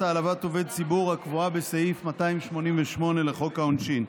העלבת עובד ציבור הקבועה בסעיף 288 לחוק העונשין.